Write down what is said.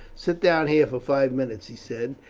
sit down here for five minutes, he said,